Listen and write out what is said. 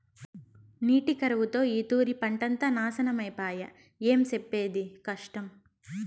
నీటి కరువుతో ఈ తూరి పంటంతా నాశనమై పాయె, ఏం సెప్పేది కష్టం